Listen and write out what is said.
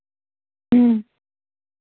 ᱦᱮᱸ